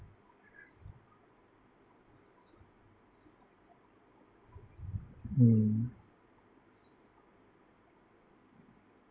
mm